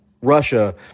Russia